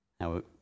Now